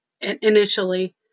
initially